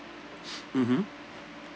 mmhmm